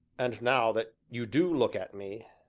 and, now that you do look at me,